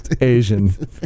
Asian